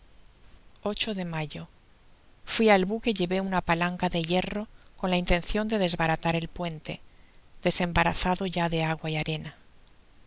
de mayo fui al buque y llevé una palanca de hierro con la intencion de desbaratar el puente desembarazado ya de agua y arena